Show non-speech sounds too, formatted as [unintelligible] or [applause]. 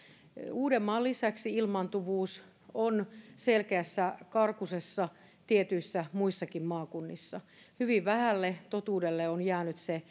uudenmaan lisäksi ilmaantuvuus on selkeässä karkusessa tietyissä muissakin maakunnissa hyvin vähälle totuudelle on jäänyt se [unintelligible]